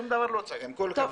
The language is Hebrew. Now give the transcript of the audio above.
שום דבר לא הוצג, עם כל הכבוד.